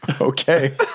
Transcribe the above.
Okay